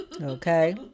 okay